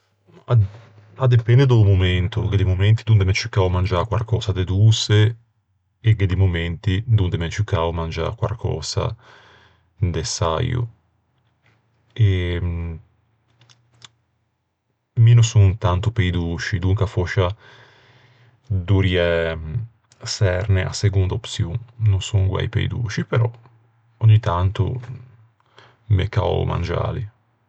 A d-a depende da-o momento. Gh'é di momenti donde m'é ciù cao mangiâ quarcösa de doçe e gh'é di momenti donde m'é ciù cao mangiâ quarcösa da säio. Mi no son tanto pe-i dôsci, donca fòscia dorriæ çerne a segonda opçion. No son guæi pe-i dôsci, però ògni tanto m'é cao mangiâli.